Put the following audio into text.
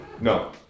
No